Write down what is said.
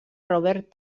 robert